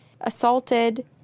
assaulted